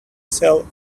sell